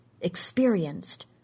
experienced